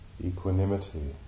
Equanimity